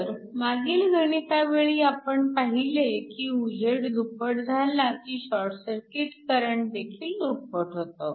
तर मागील गणितावेळी आपण पाहिले की उजेड दुप्पट झाला की शॉर्ट सर्किट करंट देखील दुप्पट होतो